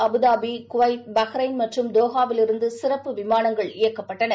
Abu Dhabi Kuwait Bahrain மற்றும் Doha விலிருந்து சிறப்பு விமானங்கள் இயக்கப்பட்டன